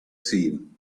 seen